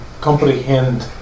comprehend